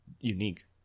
unique